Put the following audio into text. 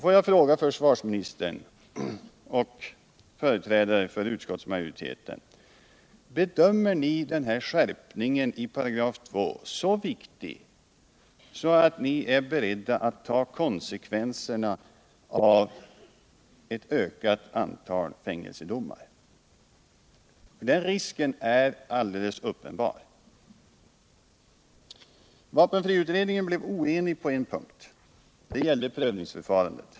Får jag fråga försvarsministern och företrädare för utskottsmajoriteten: Bedömer ni den här skärpningen i 2 § som så viktig att ni är beredda att ta konsekvenserna av ett ökat antal fängelsedomar? Den risken är alldeles uppenbar. Vapenfriutredningen blev oenig på en punkt. Det gällde prövningsförfarandet.